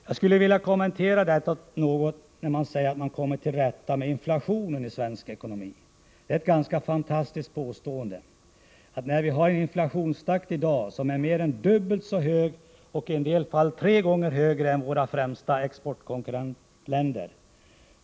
Jag skulle vilja kommentera påståendet att man kommit till rätta med inflationen i svensk ekonomi. Detta är ett ganska fantastiskt påstående, när vii dag har en inflationstakt som är mer än dubbelt så hög, och i en del fall tre gånger så hög som våra främsta exportkonkurrentländers.